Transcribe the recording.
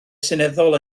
seneddol